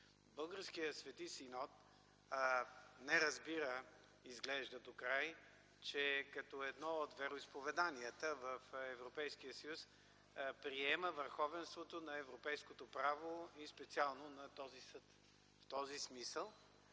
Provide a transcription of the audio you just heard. Българският Свети Синод не разбира изглежда докрай, че като едно от вероизповеданията в Европейския съюз приема върховенството на европейското право и специално на този съд. В този смисъл